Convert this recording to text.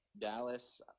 Dallas